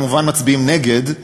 הם כמובן מצביעים נגד,